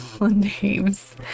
names